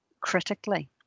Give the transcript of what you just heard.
critically